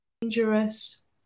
dangerous